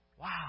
wow